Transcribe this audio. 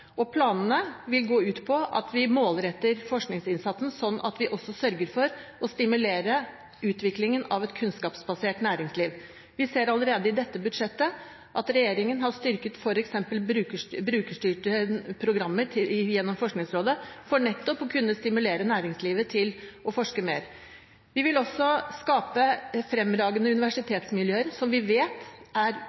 nå. Planene vil gå ut på at vi målretter forskningsinnsatsen sånn at vi også sørger for å stimulere utviklingen av et kunnskapsbasert næringsliv. Vi ser allerede i dette budsjettet at regjeringen har styrket f.eks. brukerstyrte programmer gjennom Forskningsrådet, nettopp for å kunne stimulere næringslivet til å forske mer. Vi vil også skape fremragende universitetsmiljøer, som vi vet er